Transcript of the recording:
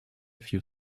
few